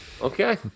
Okay